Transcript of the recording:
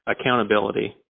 accountability